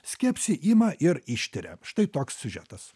skepsį ima ir ištiria štai toks siužetas